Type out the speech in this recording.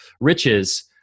riches